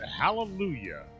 Hallelujah